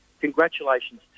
congratulations